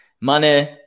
Mane